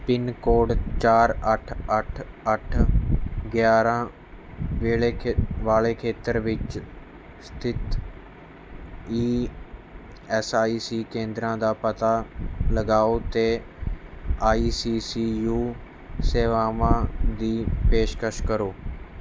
pin code ਚਾਰ ਅੱਠ ਅੱਠ ਅੱਠ ਗਿਆਰ੍ਹਾਂ ਵੇਲੇ ਖੇ ਵਾਲ਼ੇ ਖੇਤਰ ਵਿੱਚ ਸਥਿਤ ਈ ਐੱਸ ਆਈ ਸੀ ਕੇਂਦਰਾਂ ਦਾ ਪਤਾ ਲਗਾਉ ਅਤੇ ਆਈ ਸੀ ਸੀ ਯੂ ਸੇਵਾਵਾਂ ਦੀ ਪੇਸ਼ਕਸ਼ ਕਰੋ